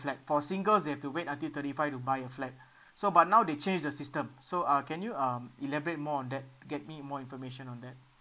flat for singles they have to wait until thirty five to buy a flat so but now they change the system so uh can you um elaborate more on that get me more information on that